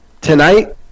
Tonight